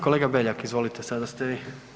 Kolega Beljak izvolite, sada ste vi.